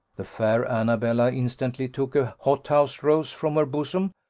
the fair annabella instantly took a hothouse rose from her bosom,